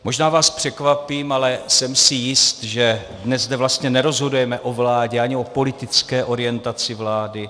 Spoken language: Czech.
Možná vás překvapím, ale jsem si jist, že dnes zde vlastně nerozhodujeme o vládě ani o politické orientaci vlády.